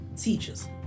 teachers